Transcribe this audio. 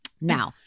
Now